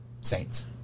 Saints